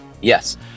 Yes